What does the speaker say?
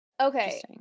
okay